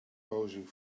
posing